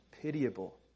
pitiable